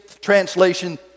translation